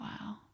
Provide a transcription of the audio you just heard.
Wow